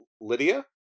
Lydia